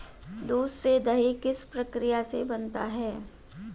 दूध से दही किस प्रक्रिया से बनता है?